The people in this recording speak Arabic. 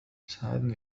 ساعدني